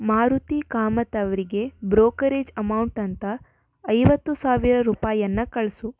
ಮಾರುತಿ ಕಾಮತ್ ಅವರಿಗೆ brokerage amount ಅಂತ ಐವತ್ತು ಸಾವಿರ ರೂಪಾಯಿಯನ್ನ ಕಳಿಸು